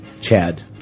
Chad